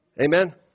Amen